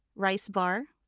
ricebar.